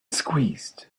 squeezed